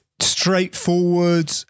straightforward